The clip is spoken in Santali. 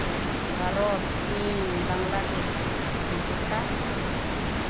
ᱵᱷᱟᱨᱚᱛ ᱪᱤᱱ ᱵᱟᱝᱞᱟᱫᱮᱥ ᱵᱷᱩᱴᱟᱱ